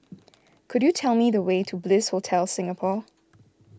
could you tell me the way to Bliss Hotel Singapore